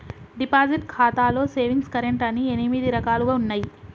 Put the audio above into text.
deposit ఖాతాలో savings current అని ఎనిమిది రకాలుగా ఉన్నయి